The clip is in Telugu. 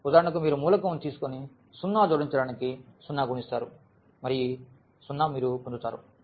ఉదాహరణకు మీరు మూలకం తీసుకొని 0 జోడించడానికి 0 గుణిస్తారు మరి 0 మీరు పొందుతారు